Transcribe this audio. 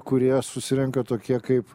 kurie susirenka tokie kaip